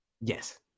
Yes